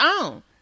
own